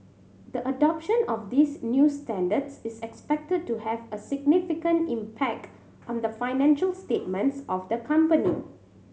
the adoption of these new standards is expected to have a significant impact on the financial statements of the company